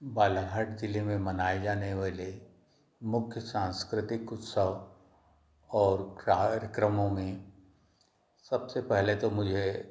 बालाघाट जिले में मनाए जाने वाले मुख्य सांस्कृतिक उत्सव और कार्यक्रमों में सबसे पहले तो मुझे